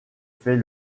fait